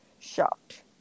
shocked